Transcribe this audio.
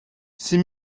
six